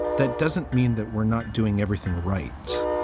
that doesn't mean that we're not doing everything right.